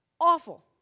Awful